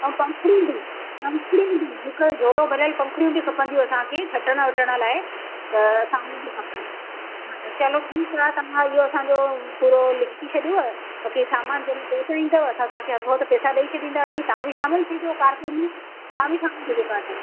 ऐं पखुंड़ी बि पंखुड़ी बि हिकु झोलो भरेल पंखुड़ी बि खपंदियूं असांखे छटण वटण लाइ त असांखे बि खपनि चलो ठीकु आहे तव्हां इहो असांजो पूरो लिखी छॾियव की समान जंहिं में पहुचाईंदव असां तव्हांखे हथो हथु पैसा ॾेई छॾींदासीं तां बि शामिलु थीजो कार्यक्रम में तव्हां बि शामिलु थीजो कार्यक्रम में